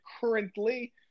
currently